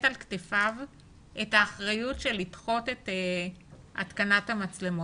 על כתפיו את האחריות שבדחיית התקנת המצלמות.